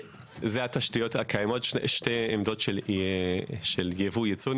התשתיות הקיימות הן שתי עמדות של יבוא ויצוא.